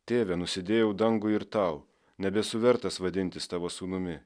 tėve nusidėjau dangui ir tau nebesu vertas vadintis tavo sūnumi